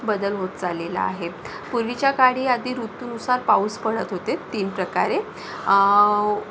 बदल होत चाललेला आहे पूर्वीच्या काळी आधी ऋतुनुसार पाऊस पडत होते तीन प्रकारे